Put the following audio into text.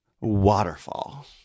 Waterfall